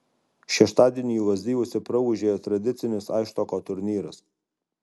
šeštadienį lazdijuose praūžė tradicinis aisštoko turnyras